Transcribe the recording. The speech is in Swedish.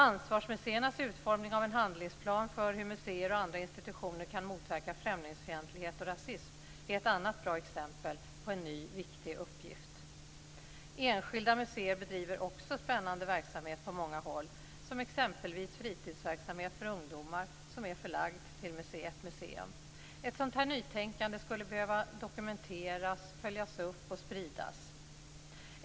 Ansvarsmuseernas utformning av en handlingsplan för hur museer och andra institutioner kan motverka främlingsfientlighet och rasism är ett annat bra exempel på en ny, viktig uppgift. Enskilda museer bedriver också spännande verksamhet på många håll, exempelvis fritidsverksamhet för ungdomar, som är förlagd till museet Museum. Ett sådant här nytänkande skulle behöva dokumenteras, följas upp och spridas.